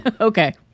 Okay